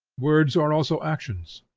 words are also actions,